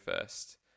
first